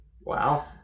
Wow